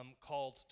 called